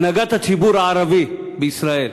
הנהגת הציבור הערבי בישראל,